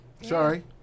Sorry